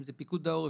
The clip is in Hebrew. אם זה פיקוד העורף,